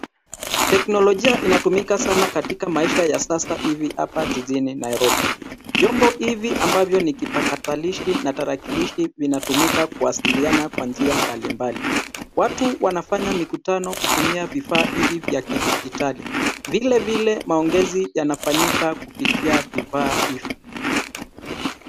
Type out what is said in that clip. Teknolojia inatumika sana katika maisha ya sasa hivi hapa mjini Nairobi. Vyombo hivi ambavyo ni vipatakalishi na tarakilishi vinatumika kuwasiliana kwa njia mbalimbali. watu wanafanya mikutano kutumia vifaa hivi vya kidijitali, Vilevile maongezi yanafanyika kupitia vifaa hivi.